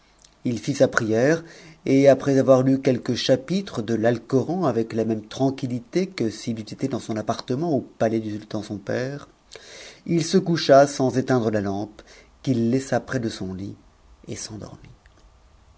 il fit sa prière et après avoir lu quelques chapitres de l'aicoran avec la moue m'anquihitë que s'il eût été dans son appartement au palais du sultan son père il se coucha sans éteindre la lampe qu'il laissa près de iit et s'endormit